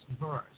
verse